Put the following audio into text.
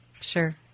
Sure